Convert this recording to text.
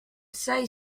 sei